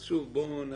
אז, שוב, אנחנו